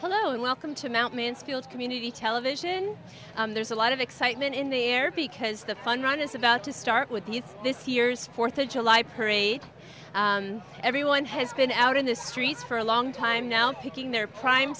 hello and welcome to mt mansfield community television there's a lot of excitement in the air because the fun run is about to start with this year's fourth of july parade everyone has been out in the streets for a long time now picking their prime